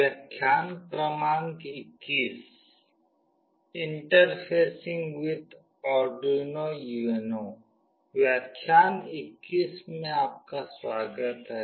व्याख्यान 21 में आपका स्वागत है